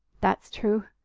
that's true,